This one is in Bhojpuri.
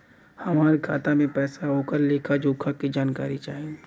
हमार खाता में पैसा ओकर लेखा जोखा के जानकारी चाही?